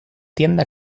tienda